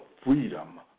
freedom